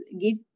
give